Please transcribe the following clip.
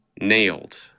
nailed